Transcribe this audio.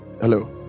Hello